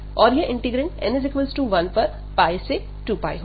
और यह integrand n 1 पर से 2 होगा